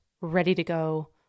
ready-to-go